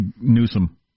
Newsom